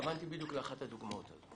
התכוונתי בדיוק לאחת מהדוגמאות האלה.